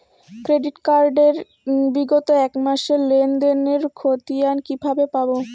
Credit card এর বিগত এক মাসের লেনদেন এর ক্ষতিয়ান কি কিভাবে পাব?